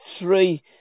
three